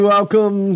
Welcome